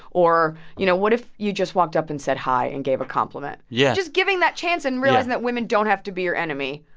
or, you know, what if you just walked up and said hi and gave a compliment? yeah just giving that chance and realizing that women don't have to be your enemy,